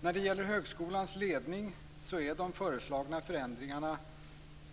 När det gäller högskolans ledning är de föreslagna förändringarna